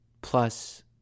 plus